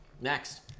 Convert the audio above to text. Next